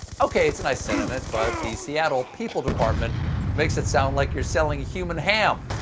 okay, it's a nice sentiment, but the seattle people department makes it sound like you're selling human ham.